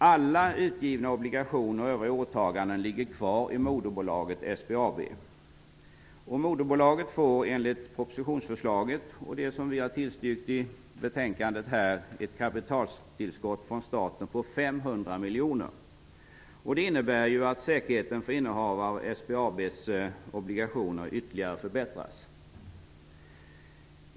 Alla utgivna obligationer och övriga åtaganden ligger kvar i moderbolaget SBAB. Moderbolaget får enligt förslaget i propositionen -- det har vi tillstyrkt i betänkande -- ett kapitaltillskott från staten på 500 miljoner. Det innebär att säkerheten för innehavare av SBAB:s obligationer ytterligare förbättras.